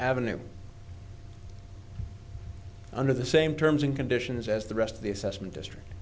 avenue under the same terms and conditions as the rest of the assessment district